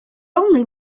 only